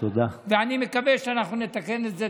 ואני מקווה שאנחנו נתקן את זה.